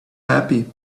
happy